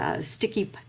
sticky